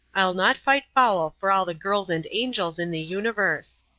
i'll not fight foul for all the girls and angels in the universe.